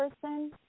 person